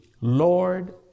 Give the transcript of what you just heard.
Lord